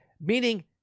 Meaning